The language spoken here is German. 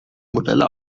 modelle